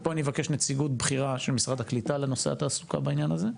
ופה אני אבקש נציגות בכירה של משרד הקליטה לנושא התעסוקה בעניין הזה,